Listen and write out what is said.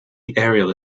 aerial